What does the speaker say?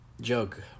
joke